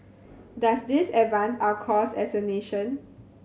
does this advance our cause as a nation